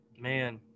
Man